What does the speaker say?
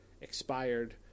expired